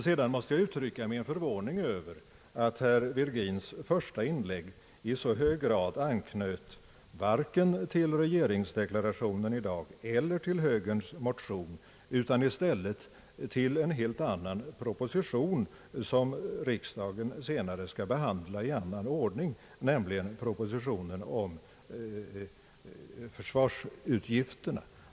Sedan måste jag uttrycka min förvåning över att herr Virgins första inlägg varken anknöt till regeringsdeklarationen i dag eller till högerns motion utan i stället i hög grad anknöt till en helt annan proposition som riksdagen senare skall behandla i annan ordning, nämligen propositionen om försvarsutgifterna.